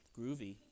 Groovy